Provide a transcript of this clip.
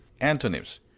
Antonyms